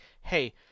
hey